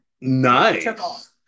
nice